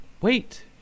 Wait